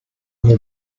will